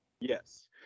Yes